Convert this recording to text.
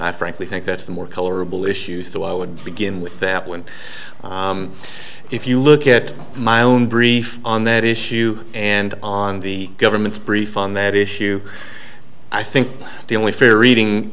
i frankly think that's the more colorable issue so i would begin with that when if you look at my own brief on that issue and on the government's brief on that issue i think the only fair reading